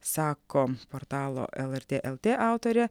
sako portalo lrt lt autorė